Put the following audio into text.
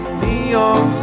neon